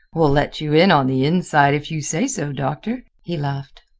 we'll let you in on the inside if you say so, doctor, he laughed.